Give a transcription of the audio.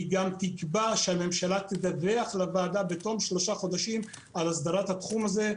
גם תקבע שהממשלה תדווח לוועדה בתום שלושה חודשים על אסדרת התחום הזה,